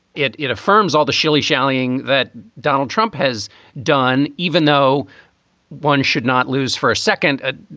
it it affirms all the shillyshallying that donald trump has done. even though one should not lose for a second. a